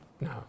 No